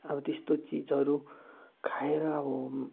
अब त्यस्तो चिजहरू खाएर अब